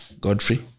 Godfrey